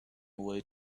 away